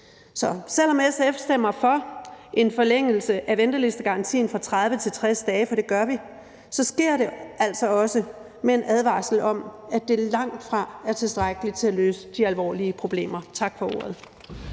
Så selv om SF stemmer for en forlængelse af ventelistegarantien fra 30 til 60 dage – for det gør vi – sker det altså også med en advarsel om, at det langtfra er tilstrækkeligt til at løse de alvorlige problemer. Tak for ordet.